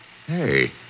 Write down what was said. Hey